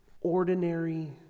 ordinary